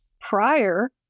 prior